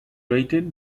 rated